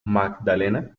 magdalena